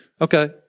okay